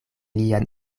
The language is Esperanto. lian